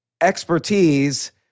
expertise